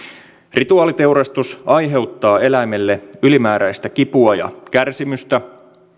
rituaaliteurastus aiheuttaa eläimelle ylimääräistä kipua ja kärsimystä